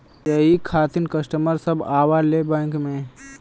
यही खातिन कस्टमर सब आवा ले बैंक मे?